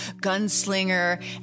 gunslinger